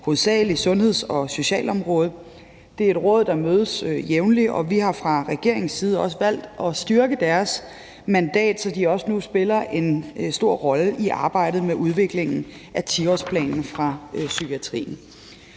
hovedsagelig sundheds- og socialområdet. Det er et råd, der mødes jævnligt, og vi har fra regeringens side også valgt at styrke deres mandat, så de også nu spiller en stor rolle i arbejdet med udviklingen af 10-årsplanen for psykiatrien.